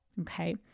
okay